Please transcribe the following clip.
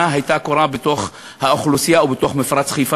הייתה קורית בתוך האוכלוסייה או בתוך מפרץ חיפה,